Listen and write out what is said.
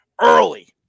early